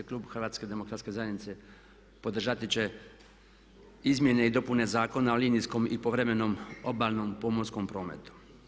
Klub HDZ-a podržati će izmjene i dopune Zakona o linijskom i povremenom obalnom pomorskom prometu.